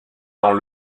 dans